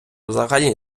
взагалі